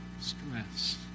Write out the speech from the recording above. stress